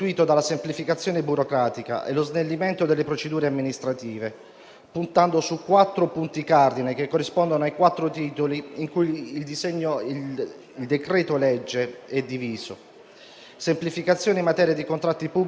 La semplificazione riguarda anche la conservazione di informazioni e documenti in formato digitale, nel rispetto delle norme di tutela della *privacy*. Il recente passato e le difficoltà create dall'emergenza coronavirus, non ancora conclusa,